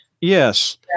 yes